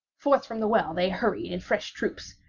forth from the well they hurried in fresh troops.